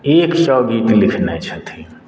एक सए गीत लिखने छथिन